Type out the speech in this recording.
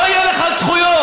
לא יהיו לך זכויות.